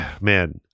Man